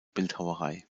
bildhauerei